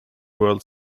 world